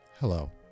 Hello